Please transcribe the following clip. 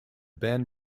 band